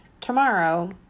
tomorrow